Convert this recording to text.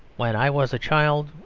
when i was a child,